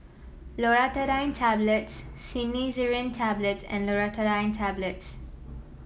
Loratadine Tablets Cinnarizine Tablets and Loratadine Tablets